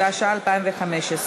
התשע"ה 2015,